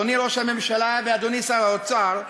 אדוני ראש הממשלה ואדוני שר האוצר,